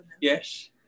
Yes